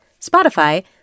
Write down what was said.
Spotify